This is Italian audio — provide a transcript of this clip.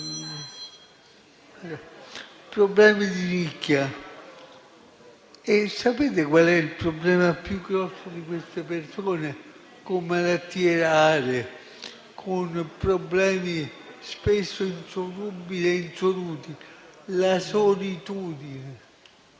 problemi di nicchia. Sapete qual è il problema più grosso di queste persone con malattie rare, con problemi spesso insolubili ed insoluti? È la solitudine.